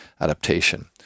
adaptation